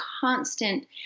constant